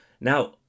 now